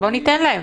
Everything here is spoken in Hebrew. בוא ניתן להם.